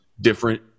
different